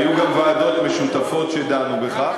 היו גם ועדות משותפות שדנו בכך.